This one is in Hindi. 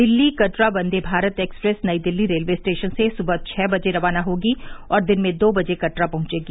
Delhi Katra Vande Bharat express Nai Delhi railway station से सुबह छः बजे रवाना होगी और दिन में दो बजे कटरा पहुंचेगी